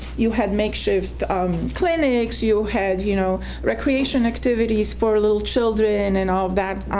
you had makeshift clinics. you had, you know, recreation activities for little children and all that,